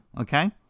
okay